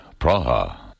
Praha